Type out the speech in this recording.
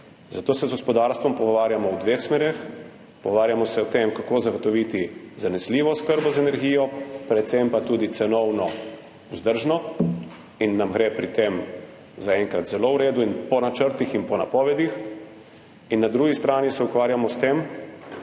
Zato se z gospodarstvom pogovarjamo v dveh smereh. Pogovarjamo se o tem, kako zagotoviti zanesljivo oskrbo z energijo, predvsem pa tudi cenovno vzdržno, in nam gre pri tem zaenkrat zelo v redu in po načrtih in po napovedih. In na drugi strani se ukvarjamo s tem,